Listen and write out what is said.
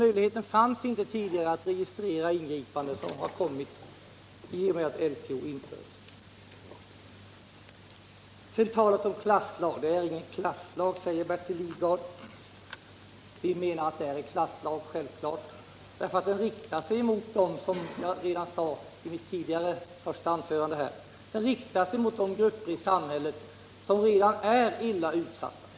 Tidigare fanns inte möjligheten att registrera ingripanden; den har kommit i och med att LTO infördes. Det är ingen klasslag, säger Bertil Lidgard. Vi menar att det självfallet är en klasslag. Den riktar sig, som jag redan sade i mitt första anförande, mot de grupper i samhället som redan är illa utsatta.